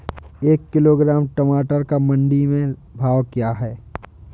एक किलोग्राम टमाटर का मंडी में भाव क्या है?